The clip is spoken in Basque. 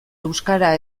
euskara